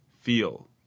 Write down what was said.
feel